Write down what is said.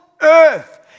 earth